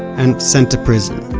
and sent to prison.